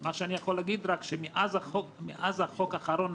מה שאני יכול להגיד רק הוא שמאז החוק האחרון,